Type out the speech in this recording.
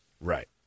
Right